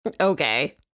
Okay